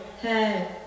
hey